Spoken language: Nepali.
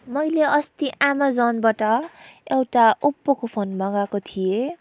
मैले अस्ती एमाजोनबाट एउटा ओप्पोको फोन मगाएको थिएँ